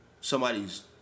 somebody's